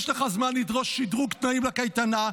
יש לך זמן לדרוש שדרוג תנאים לקייטנה.